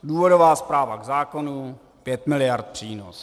Důvodová zpráva k zákonu 5 miliard přínos.